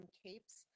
capes